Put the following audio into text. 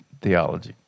theology